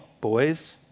boys